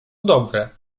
dobre